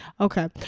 Okay